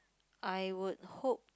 I would hope